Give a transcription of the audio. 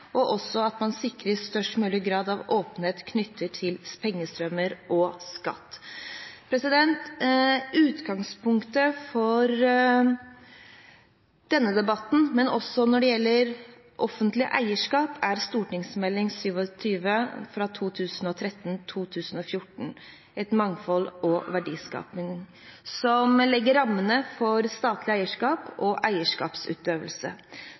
og også at man sikrer størst mulig grad av åpenhet knyttet til pengestrømmer og skatt. Utgangspunktet for denne debatten, men også når det gjelder offentlig eierskap, er Meld. St. 27 for 2013–2014, Et mangfoldig og verdiskapende eierskap, som legger rammene for statlig eierskap og eierskapsutøvelse.